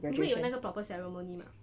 你会有那个 proper ceremony mah